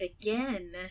again